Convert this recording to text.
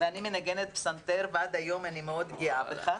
אני מנגנת בפסנתר ועד היום אני מאוד גאה בכך,